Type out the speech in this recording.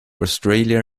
australia